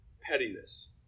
pettiness